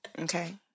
Okay